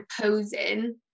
posing